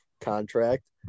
contract